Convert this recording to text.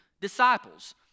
disciples